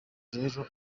rero